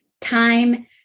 time